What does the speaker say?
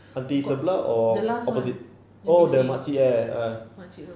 aunty sebelah or opposite oh the makcik ah